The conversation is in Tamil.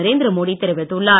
நரேந்திரமோடி தெரிவித்துள்ளார்